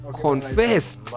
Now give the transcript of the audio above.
confessed